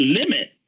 limit